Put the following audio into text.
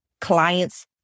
Clients